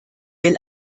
will